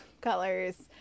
colors